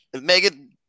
Megan